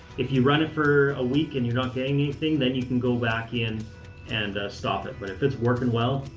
if you run it for a week and you're not getting anything, then you can go back in and stop it. but if it's working well,